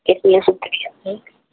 शुक्रिया शुक्रिया ओके